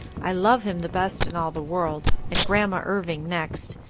i love him the best in all the world, and grandma irving next,